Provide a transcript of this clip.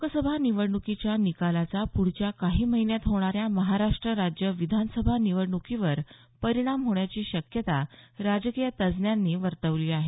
लोकसभा निवडणुकीच्या निकालाचा पुढच्या काही महिन्यात होणाऱ्या महाराष्ट्र राज्य विधानसभा निवडणुकीवर परिणाम होण्याची शक्यता राजकीय तज्ज्ञांनी वर्तवली आहे